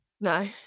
No